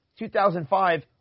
2005